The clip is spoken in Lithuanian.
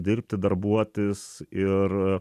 dirbti darbuotis ir